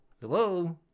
hello